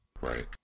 Right